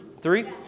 Three